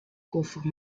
koffer